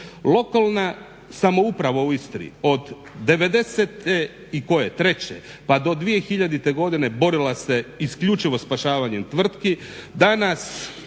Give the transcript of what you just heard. Lokalna samouprava u Istri od '93.pa do 2000.godine borila se isključivo spašavanjem tvrtki,